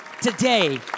today